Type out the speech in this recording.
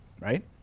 right